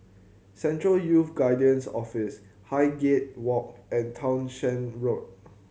Central Youth Guidance Office Highgate Walk and Townshend Road